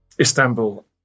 Istanbul